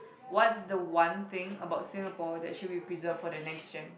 what's the one thing about Singapore that should be preserved for the next Gen